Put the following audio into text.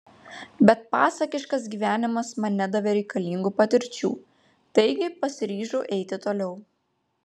bet pasakiškas gyvenimas man nedavė reikalingų patirčių taigi pasiryžau eiti toliau